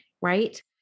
Right